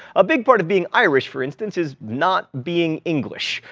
a big part of being irish, for instance, is not being english.